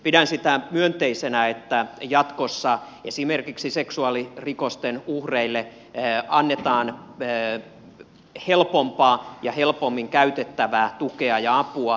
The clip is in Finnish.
pidän sitä myönteisenä että jatkossa esimerkiksi seksuaalirikosten uhreille annetaan helpompaa ja helpommin käytettävää tukea ja apua